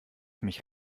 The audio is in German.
mich